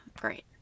Great